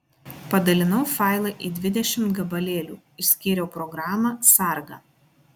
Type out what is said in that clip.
padalinau failą į dvidešimt gabalėlių išskyriau programą sargą